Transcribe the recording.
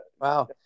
Wow